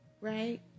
Right